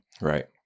right